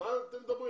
אתם מדברים